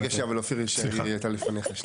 רגע שנייה, אבל אופיר, היא הייתה לפניך.